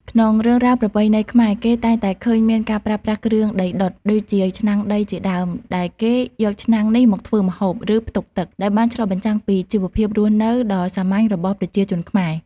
ក្នុងរឿងរ៉ាវប្រពៃណីខ្មែរ គេតែងតែឃើញមានការប្រើប្រាស់គ្រឿងដីដុត ដូចជាឆ្នាំងដីជាដើម ដែលគេយកឆ្នាំងនេះមកធ្វើម្ហូប ឬផ្ទុកទឹក ដែលបានឆ្លុះបញ្ចាំងពីជីវភាពរស់នៅដ៏សាមញ្ញរបស់ប្រជាជនខ្មែរ។